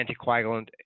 anticoagulant